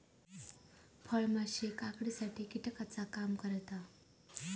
फळमाशी काकडीसाठी कीटकाचा काम करता